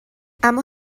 اما